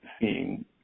seeing –